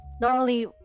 normally